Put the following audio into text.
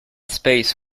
space